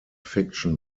fiction